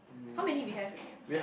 how many we have already ah